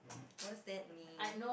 what does that mean